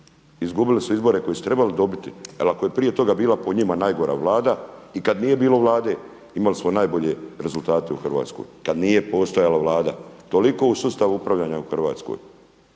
izgubili su izbore koje su trebali dobiti jer ako je prije toga bila po njima najgora Vlada i kad nije bilo Vlade imali smo najbolje rezultate u Hrvatskoj, kad nije postojala Vlada. Toliko o sustavu upravljanja u Hrvatskoj.